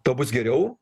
tuo bus geriau